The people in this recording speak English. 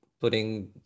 putting